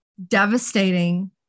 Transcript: devastating